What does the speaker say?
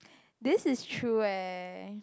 this is true eh